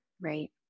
Right